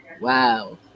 Wow